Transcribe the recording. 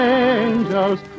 angels